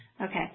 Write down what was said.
Okay